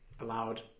allowed